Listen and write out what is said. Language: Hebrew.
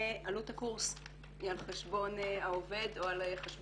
ועלות הקורס היא על חשבון העובד או על חשבון